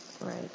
right